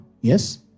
Yes